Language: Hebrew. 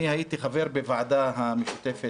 אני הייתי חבר בוועדה המשותפת